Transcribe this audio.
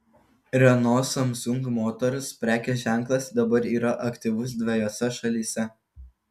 renault samsung motors prekės ženklas dabar yra aktyvus dvejose šalyse